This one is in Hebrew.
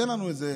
תן לנו איזה,